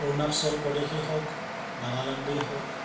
অৰুণাচল প্ৰদেশেই হওক নাগালেণ্ডেই হওক